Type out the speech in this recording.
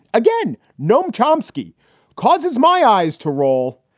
again, noam chomsky causes my eyes to roll,